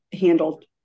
handled